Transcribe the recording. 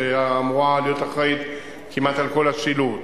שאמורה להיות אחראית כמעט לכל השילוט.